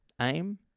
Aim